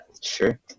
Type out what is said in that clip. Sure